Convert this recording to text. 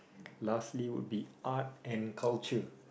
lastly would be art and culture